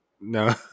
No